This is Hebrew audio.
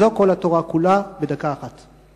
זו כל התורה כולה בדקה אחת.